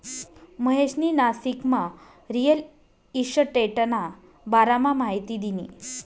महेशनी नाशिकमा रिअल इशटेटना बारामा माहिती दिनी